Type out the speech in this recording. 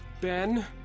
Ben